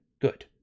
Good